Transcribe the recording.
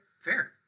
fair